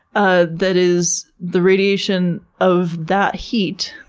ah that is the radiation of that heat,